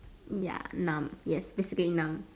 ya numb yes basically numb